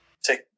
take